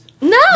no